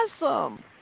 Awesome